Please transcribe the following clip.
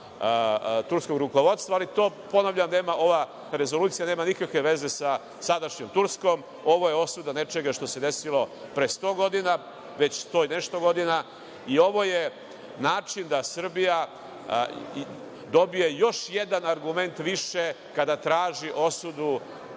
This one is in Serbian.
turskog rukovodstva, ali ponavljam, ova rezolucija nema nikakve veze sa sadašnjom Turskom. Ovo je osuda nečega što se desilo pre sto i nešto godina i ovo je način da Srbija dobije još jedan argument više kada traži osudu